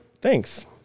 Thanks